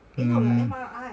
um